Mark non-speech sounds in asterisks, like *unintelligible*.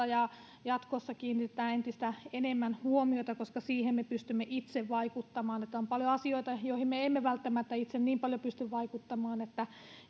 *unintelligible* ja jatkossa kiinnitetään entistä enemmän huomiota koska siihen me pystymme itse vaikuttamaan on paljon asioita joihin me emme emme välttämättä itse niin paljon pysty vaikuttamaan